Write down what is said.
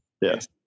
Yes